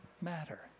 matter